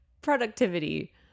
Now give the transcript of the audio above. productivity